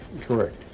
Correct